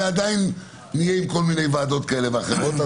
עדיין נהיה עם כל מיני ועדות כאלה ואחרות.